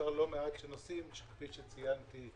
לא מעט נושאים, כפי שציינתי.